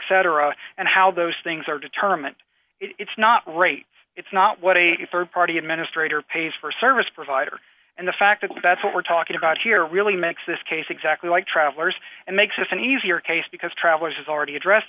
cetera and how those things are determined it's not rate it's not what a rd party administrator pays for a service provider and the fact that that's what we're talking about here really makes this case exactly like travelers and makes us an easier case because travelers already address